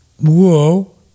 Whoa